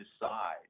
decide